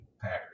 Packers